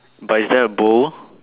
but is there a bowl